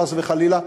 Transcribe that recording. חס וחלילה.